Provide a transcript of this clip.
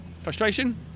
Frustration